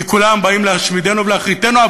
כי כולם באים להשמידנו ולהכריתנו.